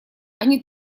они